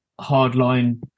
hardline